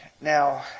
Now